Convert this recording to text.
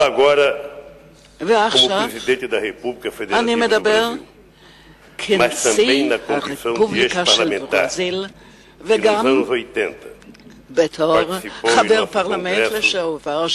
ועכשיו אני מדבר כנשיא הרפובליקה של ברזיל וגם בתור חבר פרלמנט לשעבר,